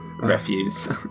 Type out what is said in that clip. Refuse